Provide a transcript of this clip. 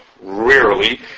rarely